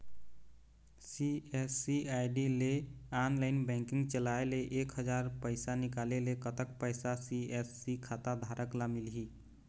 CSC ID ले online banking चलाए ले एक हजार पैसा निकाले ले कतक पैसा सी.एस.सी खाता धारक ला मिलही?